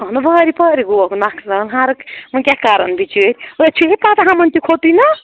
اَہنُو وارِ پارِ گوکھ نۄقصان ہر وۄنۍ کیٛاہ کَرَن بِچٲر أتھۍ چھِو پَتہٕ ہُمن تہِ کھوٚتُے نا